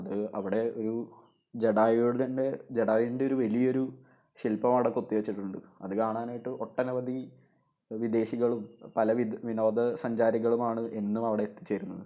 അത് അവിടെ ഒരു ജടായുൻ്റെ ജടായുൻ്റെ വലിയ ഒരു ശില്പം അവിടെ കൊത്തി വച്ചിട്ടുണ്ട് അത് കാണാനായിട്ട് ഒട്ടനവധി വിദേശികളും പലവിധ വിനോദസഞ്ചാരികളും ആണ് എന്നും അവിടെ എത്തിച്ചേരുന്നത്